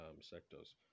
sectors